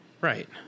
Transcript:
right